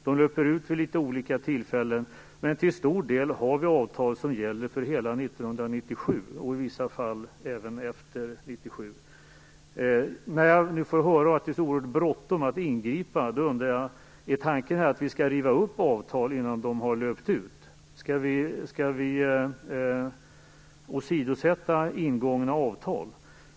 De löper ut vid olika tillfällen, men till stor del gäller avtalen för hela 1997 och i vissa fall även efter 1997. När det sades att det nu är så oerhört bråttom att ingripa, undrar jag: Är tanken att avtalen skall rivas upp innan de har löpt ut? Skall ingångna avtal åsidosättas?